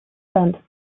spent